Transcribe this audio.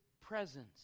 presence